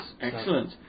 Excellent